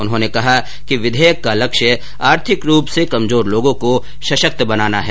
उन्होंने कहा कि विधेयक का लक्ष्य आर्थिक रूप से कमजोर लोगों को सशक्त बनाना है